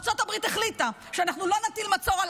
ארצות הברית החליטה שאנחנו לא נטיל מצור על